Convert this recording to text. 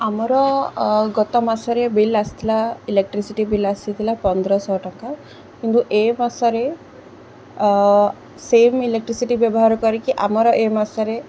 ଆମର ଗତ ମାସରେ ବିଲ୍ ଆସିଥିଲା ଇଲେକ୍ଟ୍ରିସିଟି ବିଲ୍ ଆସିଥିଲା ପନ୍ଦର ଶହ ଟଙ୍କା କିନ୍ତୁ ଏ ମାସରେ ସେମ୍ ଇଲେକ୍ଟ୍ରିସିଟି ବ୍ୟବହାର କରିକି ଆମର ଏ ମାସରେ